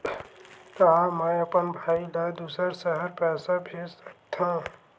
का मैं अपन भाई ल दुसर शहर पईसा भेज सकथव?